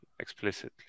explicitly